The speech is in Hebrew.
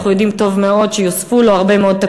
אנחנו יודעים טוב מאוד שיוסיפו לו הרבה מאוד.